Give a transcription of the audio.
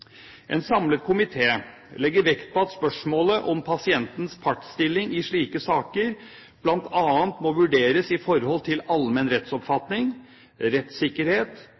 En samlet komité legger vekt på at spørsmålet om pasientens partsstilling i slike saker bl.a. må vurderes i forhold til allmenn rettsoppfatning, rettssikkerhet,